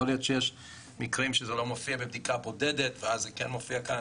יכולים להיות מקרים שבהם זה לא מופיע בבדיקה בודדת ואז זה כן מופיע כאן,